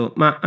ma